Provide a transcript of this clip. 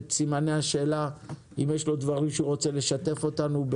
את סימני השאלה או אם יש לו דברים שהוא רוצה לשתף אותנו.